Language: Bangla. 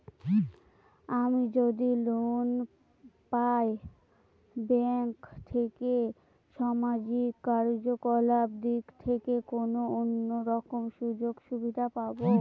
আমি যদি লোন পাই ব্যাংক থেকে সামাজিক কার্যকলাপ দিক থেকে কোনো অন্য রকম সুযোগ সুবিধা পাবো?